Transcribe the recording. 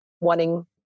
wanting